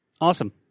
Awesome